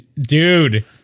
Dude